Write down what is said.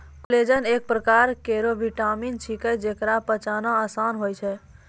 collagen एक परकार केरो विटामिन छिकै, जेकरा पचाना आसान होय छै